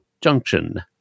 Junction